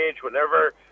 whenever